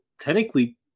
technically